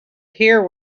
hear